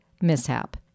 mishap